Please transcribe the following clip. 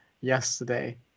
yesterday